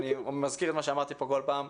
אני מזכיר את מה שאמרתי פה כל פעם,